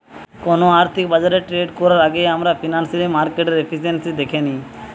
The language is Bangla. কোনো আর্থিক বাজারে ট্রেড করার আগেই আমরা ফিনান্সিয়াল মার্কেটের এফিসিয়েন্সি দ্যাখে নেয়